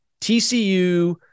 TCU